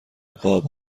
قاب